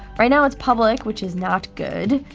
right now it's public, which is not good.